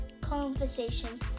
conversations